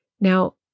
Now